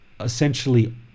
essentially